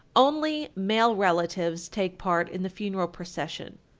only male relatives take part in the funeral procession.